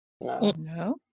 no